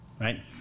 right